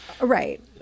right